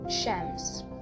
shams